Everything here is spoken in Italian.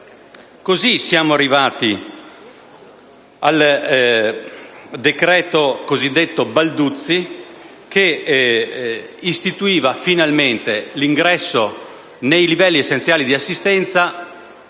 Così siamo arrivati al cosiddetto decreto Balduzzi, che istituiva finalmente l'ingresso nei livelli essenziali di assistenza